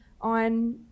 on